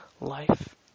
Life